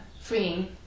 freeing